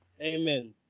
Amen